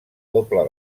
doble